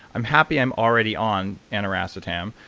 i'm happy i'm already on aniracetam.